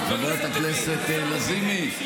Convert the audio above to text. חברת הכנסת לזימי,